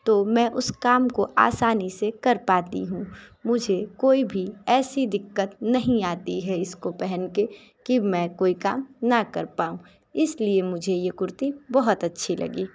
तो मैं उस काम को आसानी से कर पाती हूँ मुझे कोई भी ऐसी दिक्कत नहीं आती है इसको पहन के कि मैं कोई काम ना कर पाऊं इसलिए मुझे ये कुर्ती बहुत अच्छी लगी